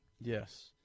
Yes